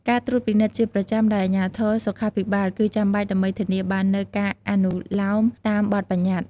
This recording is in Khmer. ការត្រួតពិនិត្យជាប្រចាំដោយអាជ្ញាធរសុខាភិបាលគឺចាំបាច់ដើម្បីធានាបាននូវការអនុលោមតាមបទប្បញ្ញត្តិ។